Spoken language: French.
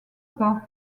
pas